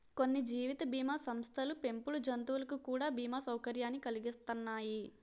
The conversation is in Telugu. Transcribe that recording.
కొన్ని జీవిత బీమా సంస్థలు పెంపుడు జంతువులకు కూడా బీమా సౌకర్యాన్ని కలిగిత్తన్నాయి